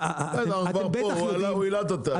אנחנו כבר פה והוא העלה את הטענה.